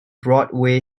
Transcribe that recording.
broadway